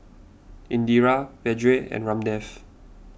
Indira Vedre and Ramdev